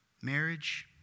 marriage